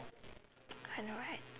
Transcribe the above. I know right